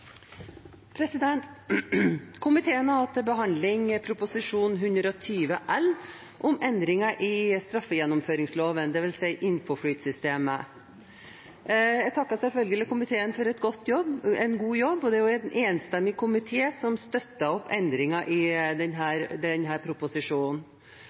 1. Komiteen har hatt til behandling Prop. 120 L, om endringer i straffegjennomføringsloven, dvs. Infoflyt-systemet. Jeg takker selvfølgelig komiteen for en god jobb. Det er en enstemmig komité som støtter endringene i